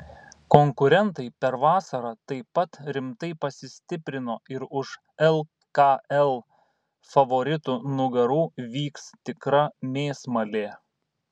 konkurentai per vasarą taip pat rimtai pasistiprino ir už lkl favoritų nugarų vyks tikra mėsmalė